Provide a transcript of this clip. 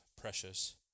precious